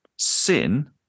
Sin